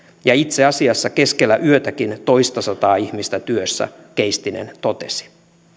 ja itse asiassa keskellä yötäkin toistasataa ihmistä työssä keistinen totesi